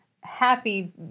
happy